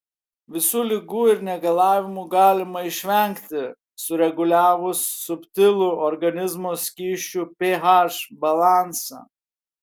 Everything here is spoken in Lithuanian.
visų ligų ir negalavimų galima išvengti sureguliavus subtilų organizmo skysčių ph balansą